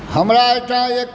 हमरा एहिठाम एक